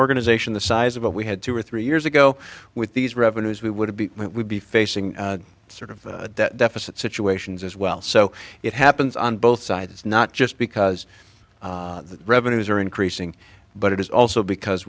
organization the size of it we had two or three years ago with these revenues we would be we would be facing sort of that deficit situations as well so it happens on both sides not just because the revenues are increasing but it is also because